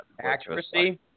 Accuracy